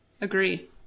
agree